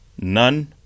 None